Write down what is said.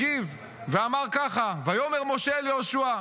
הגיב ואמר ככה: "ויאמר משה אל יהושע: